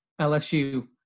LSU